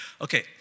Okay